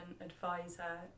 advisor